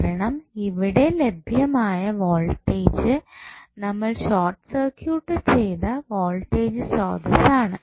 കാരണം ഇവിടെ ലഭ്യമായ വോൾടേജ് നമ്മൾ ഷോർട് സർക്യൂട്ട് ചെയ്ത വോൾട്ടേജ് സ്രോതസ്സ് ആണ്